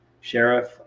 Sheriff